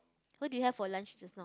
what did you have for lunch just now